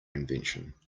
invention